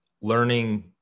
learning